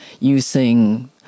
using